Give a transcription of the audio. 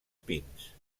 pins